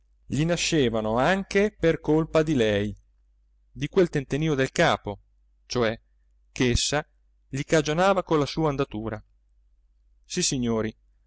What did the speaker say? gli nascevano anche per colpa di lei di quel tentennio del capo cioè ch'essa gli cagionava con la sua andatura sissignori